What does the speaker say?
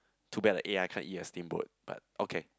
too bad the A_I can't eat a steamboat but okay